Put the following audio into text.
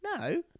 No